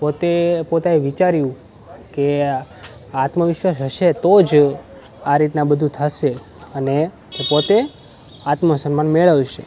પોતે પોતે વિચાર્યું કે આત્મવિશ્વાસ હશે તો જ આ રીતના બધું થશે અને તે પોતે આત્મસન્માન મેળવશે